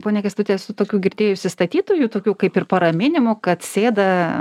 pone kęstuti esu tokių girdėjusi statytojų tokių kaip ir paraminimų kad sėda